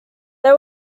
they